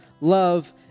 love